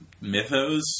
mythos